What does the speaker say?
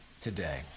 today